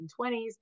1920s